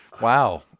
wow